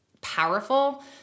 powerful